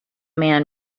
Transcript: man